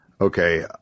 Okay